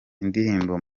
indirimbo